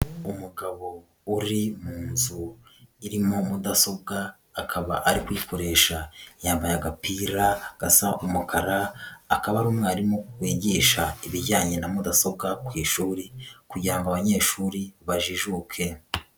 Umugabo uri mu nzu irimo mudasobwa, akaba ari kuyikoresha. Yambaye agapira gasa umukara, akaba ari umwarimu wigisha ibijyanye na mudasobwa ku ishuri kugira ngo abanyeshuri bajijuke.